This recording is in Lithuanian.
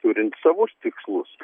turint savus tikslus